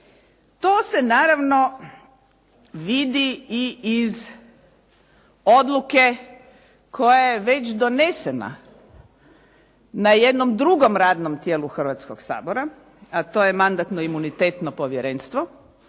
To se, naravno vidi i iz odluke koja je već donesena na jednom drugom radnom tijelu Hrvatskog sabora, a to je Mandatno-imunitetno povjerenstvo